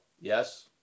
yes